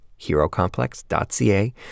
Herocomplex.ca